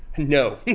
no!